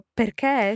perché